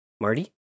Marty